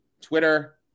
Twitter